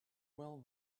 well